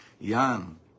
Yan